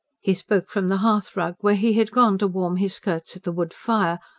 he spoke from the hearthrug, where he had gone to warm his skirts at the wood fire,